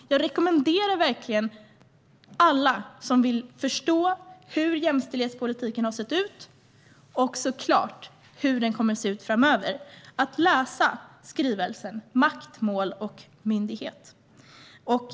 Jag rekommenderar verkligen att alla som vill förstå hur jämställdhetspolitiken har sett ut, och såklart hur den kommer att se ut framöver, läser skrivelsen Makt, mål och myndighet .